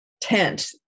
tent